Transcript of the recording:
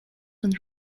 and